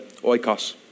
Oikos